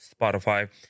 Spotify